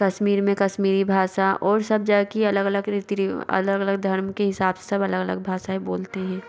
कश्मीर में कश्मीरी भाषा और सब जगह की अलग अलग रीति रीवाज अलग अलग धर्म के हिसाब से सब अलग अलग भाषाएं बोलते हैं